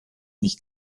nicht